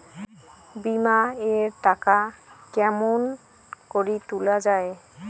বিমা এর টাকা কেমন করি তুলা য়ায়?